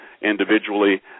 individually